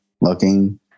looking